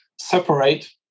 separate